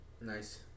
Nice